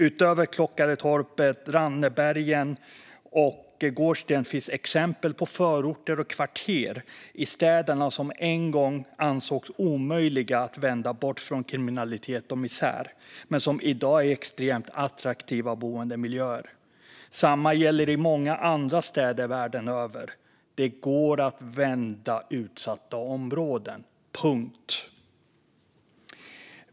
Utöver Klockaretorpet, Rannebergen och Gårdsten finns det exempel på förorter och kvarter i städerna som en gång ansågs omöjliga att vända bort från kriminalitet och misär men som i dag är extremt attraktiva boendemiljöer. Detsamma gäller i många andra städer världen över. Det går att vända utsatta områden.